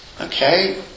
okay